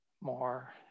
more